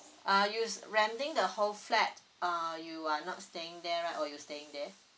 are you renting the whole flat uh you are not staying there right or you staying there